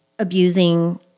Abusing